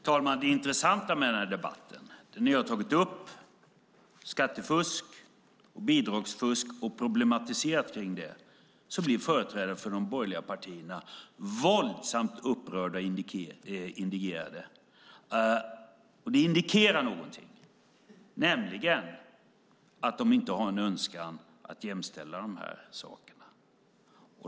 Fru talman! Det intressanta med debatten är att vi har problematiserat frågan om skattefusk och bidragsfusk. Då blir företrädare för de borgerliga partierna våldsamt upprörda och indignerade. Det indikerar något, nämligen att de inte har en önskan att jämställa dessa saker.